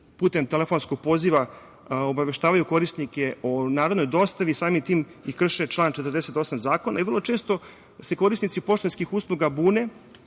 putem telefonskog poziva obaveštavaju korisnike o narednoj dostavi, samim tim i krše član 48. zakona i vrlo često se korisnici poštanskih usluga bune